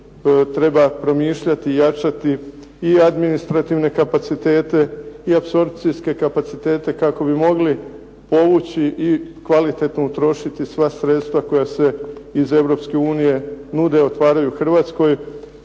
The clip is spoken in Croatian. Treba promišljati i jačati i administrativne kapacitete i apsorpcijske kapacitete kako bi mogli povući i kvalitetno utrošiti sva sredstva koja se iz Europske unije nude, otvaraju Hrvatskoj.